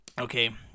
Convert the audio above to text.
okay